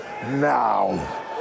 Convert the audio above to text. now